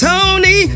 Tony